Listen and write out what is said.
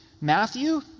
Matthew